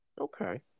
Okay